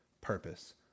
purpose